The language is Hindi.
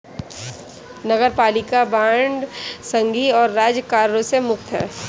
नगरपालिका बांड संघीय और राज्य करों से मुक्त हैं